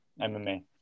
MMA